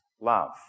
love